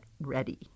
Ready